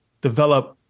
develop